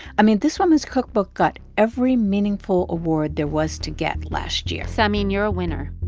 i mean, this woman's cookbook got every meaningful award there was to get last year samin, you're a winner